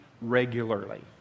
regularly